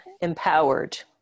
Empowered